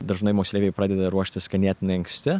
dažnai moksleiviai pradeda ruoštis ganėtinai anksti